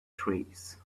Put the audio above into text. trees